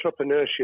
entrepreneurship